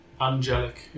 angelic